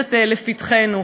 שרובצת לפתחנו.